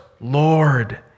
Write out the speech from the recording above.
Lord